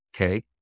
okay